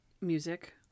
music